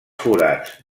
forats